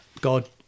God